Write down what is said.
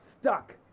stuck